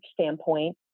standpoint